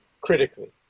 critically